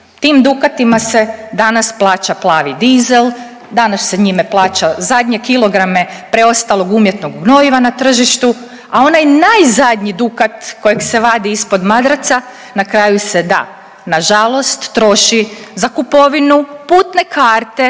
tim dukatima se danas plaća plavi dizel, danas se njime plaća zadnje kilograme preostalog umjetnog gnojiva na tržištu, a onaj najzadniji dukat kojeg se vadi ispod madraca na kraju se da, nažalost troši za kupovinu putne karte